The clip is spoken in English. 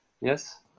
yes